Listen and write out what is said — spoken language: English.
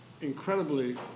incredibly